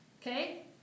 Okay